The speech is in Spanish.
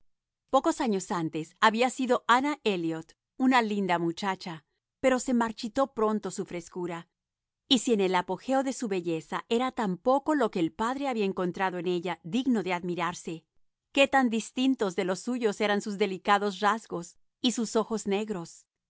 pocos años antes había sido ana elliot una linda muchacha pero se marchitó pronto su frescura y si en el apogeo de su belleza era tan poco lo que el padre habla encontrado en ella digno de admirarseque tan distintos de los suyos eran sus delicados rasgos y sus ojos negros